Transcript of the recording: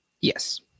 Yes